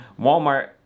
Walmart